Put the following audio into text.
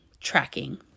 tracking